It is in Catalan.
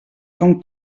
com